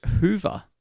Hoover